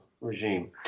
regime